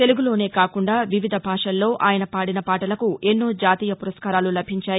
తెలుగులోనే కాకుండా వివిధ భాషల్లో ఆయన పాదిన పాటలకు ఎన్నో జాతీయ పురస్కారాలు లభించాయి